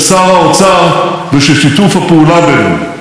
על פי נתוני קרן המטבע העולמית,